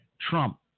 Trump